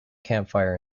campfire